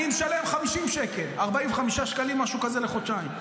אני משלם 50 שקל, 45 שקלים, משהו כזה, לחודשיים.